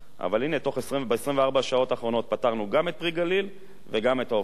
ב-24 השעות האחרונות פתרנו גם את "פרי הגליל" וגם את האופנועים.